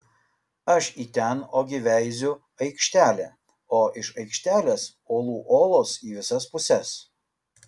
aš į ten ogi veiziu aikštelė o iš aikštelės olų olos į visas puses